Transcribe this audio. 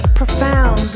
profound